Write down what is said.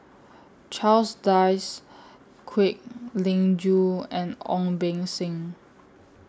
Charles Dyce Kwek Leng Joo and Ong Beng Seng